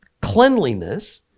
Cleanliness